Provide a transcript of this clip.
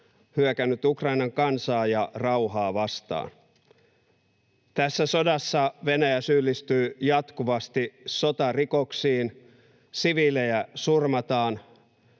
hyökännyt Ukrainan kansaa ja rauhaa vastaan. Tässä sodassa Venäjä syyllistyy jatkuvasti sotarikoksiin. Siviilejä surmataan,